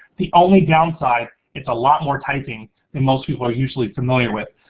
the only downside, it's a lot more typing most people are usually familiar with.